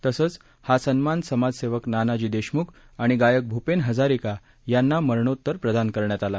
तसंच हा सन्मान समाजसेवक नानाजी देशमुख आणि गायक भूपेन हजारिका यांना मरणोत्तर प्रदान करण्यात आला